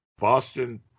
Boston